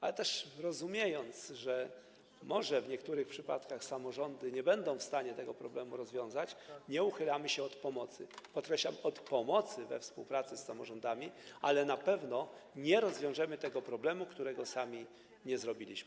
Ale też rozumiemy, że może w niektórych przypadkach samorządy nie będą w stanie tego problemu rozwiązać, i nie uchylamy się od pomocy, podkreślam, od pomocy we współpracy z samorządami, ale na pewno nie rozwiążemy tego problemu, którego sami nie zrobiliśmy.